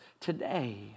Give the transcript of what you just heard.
today